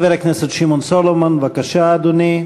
חבר הכנסת שמעון סולומון, בבקשה, אדוני.